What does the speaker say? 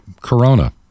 Corona